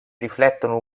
riflettono